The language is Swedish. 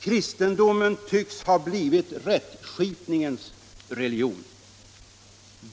Kristendomen tycks ha blivit rättskipningens religion.